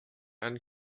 and